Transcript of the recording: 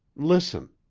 listen.